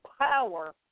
power